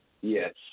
Yes